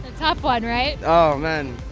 tough one, right? oh man.